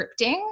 scripting